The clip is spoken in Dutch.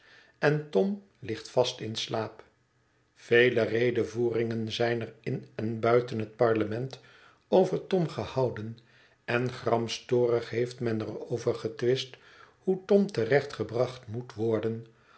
en tom ligt vast in slaap vele redevoeringen zijn er in en buiten het parlement over tom gehouden en gramstorig heeft men er over getwist hoe tom te recht gebracht moet worden